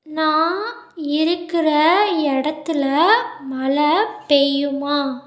நான் இருக்கிற இடத்துல மழை பெய்யுமா